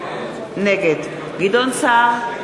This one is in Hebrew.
נגד גדעון סער,